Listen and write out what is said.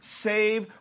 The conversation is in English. save